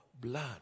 blood